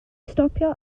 stopio